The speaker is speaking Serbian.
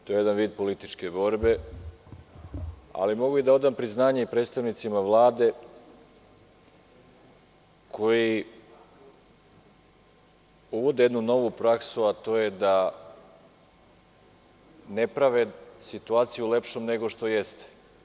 To je jedan vid političke borbe, ali mogu da odam i priznanje predstavnicima Vlade koji uvode jednu novu praksu, a to je da ne prave situaciju lepšom nego što jeste.